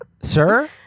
Sir